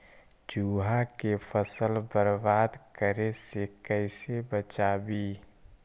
चुहा के फसल बर्बाद करे से कैसे बचाबी?